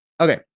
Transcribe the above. okay